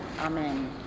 amen